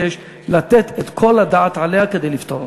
שיש לתת את כל הדעת עליה כדי לפתור אותה.